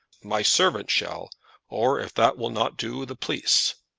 my servant shall or if that will not do, the police.